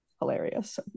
Hilarious